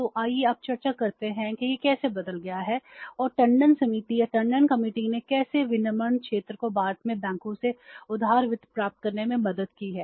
तो आइए अब चर्चा करते हैं कि यह कैसे बदल गया है फिर टंडन समिति ने कैसे विनिर्माण क्षेत्र को भारत में बैंकों से उदार वित्त प्राप्त करने में मदद की है